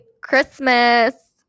Christmas